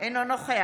אינו נוכח